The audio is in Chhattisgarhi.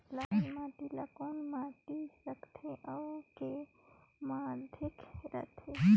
लाल माटी ला कौन माटी सकथे अउ के माधेक राथे?